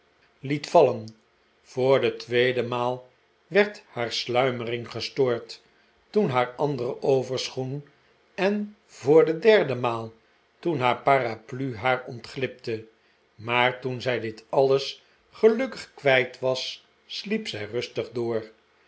liet vallen voor de tweede maal werd haar sluimering gestoord toen haar andere overschoen en voor de derde maal toen haar paraplu haar ontglipte maar toen zij dit alles gelukkig kwijt was sliep zij rustig door